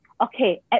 okay